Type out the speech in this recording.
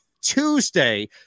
Tuesday